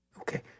Okay